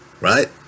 Right